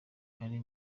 kari